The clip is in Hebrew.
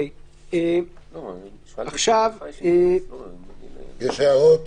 יש הערות?